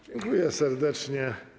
Dziękuję serdecznie.